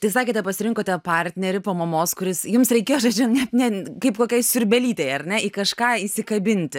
tai sakėte pasirinkote partnerį po mamos kuris jums reikėjo žodžiu net ne kaip kokiai siurbėlytė ar ne kažką įsikabinti